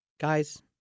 Guys